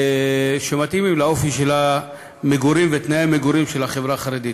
שהן מתאימות לאופי של המגורים ותנאי המגורים של החברה החרדית.